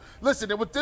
Listen